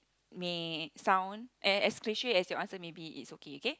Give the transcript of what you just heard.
may sound and as cliche as your answer may be it's okay K